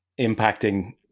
impacting